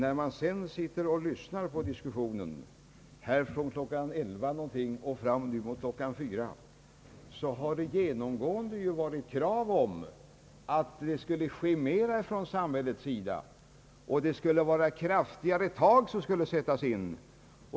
Den som lyssnat på den diskussion som pågått från omkring klockan 11 till nu, klockan 16, har funnit att det ge nomsgående kravet har varit att fler åt gärder skulle vidtagas från samhällets sida och att kraftigare tag skulle tas.